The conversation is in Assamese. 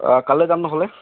অঁ কাইলৈ যাম নহ'লে